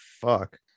fuck